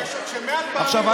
פעמים אומרים בן אדם כמוך,